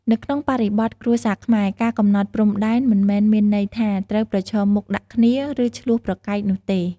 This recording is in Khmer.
នៅក្នុងបរិបទគ្រួសារខ្មែរ ការកំណត់ព្រំដែន មិនមែនមានន័យថាត្រូវប្រឈមមុខដាក់គ្នា ឬឈ្លោះប្រកែកនោះទេ។